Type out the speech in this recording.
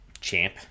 champ